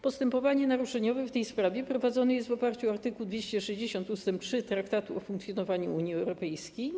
Postępowanie naruszeniowe w tej sprawie prowadzone jest w oparciu o art. 260 ust. 3 Traktatu o funkcjonowaniu Unii Europejskiej.